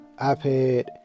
ipad